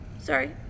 sorry